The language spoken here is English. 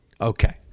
Okay